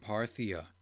Parthia